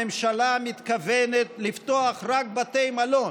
הממשלה מתכוונת לפתוח רק בתי מלון,